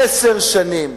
עשר שנים,